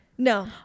no